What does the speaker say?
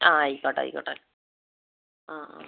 ആ ആയിക്കോട്ടെ ആയിക്കോട്ടെ ആ ആ